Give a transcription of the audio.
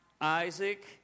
Isaac